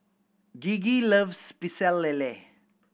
Gigi loves Pecel Lele